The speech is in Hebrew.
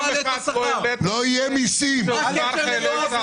אתה הבטחת בלי מיסים תראה כמה מיסים יש פה.